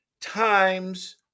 times